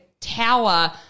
tower